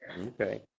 okay